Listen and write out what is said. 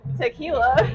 tequila